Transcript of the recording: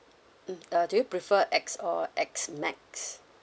mm uh do you prefer X or X max